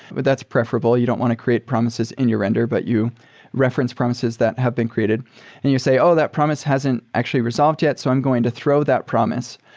but that's preferable. you don't want to create promises in your render, but you reference promises that have been created and you say, oh! that promise hasn't actually resolved yet. so i'm going to throw that promise.